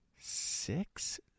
six